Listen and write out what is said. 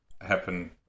happen